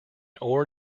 ore